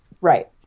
Right